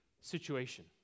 situation